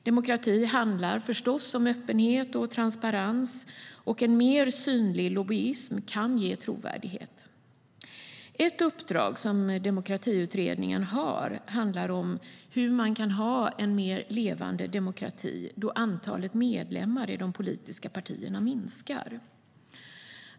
Demokrati handlar förstås om öppenhet och transparens, och en mer synliggjord lobbyism kan ge trovärdighet. Ett uppdrag som demokratiutredningen har fått handlar om hur man kan göra demokratin mer levande, då antalet medlemmar i de politiska partierna minskar.